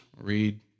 read